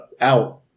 out